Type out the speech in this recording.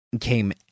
came